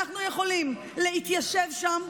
אנחנו יכולים להתיישב שם.